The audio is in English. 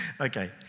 Okay